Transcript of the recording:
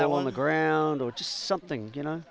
that won the ground or just something you know